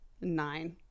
nine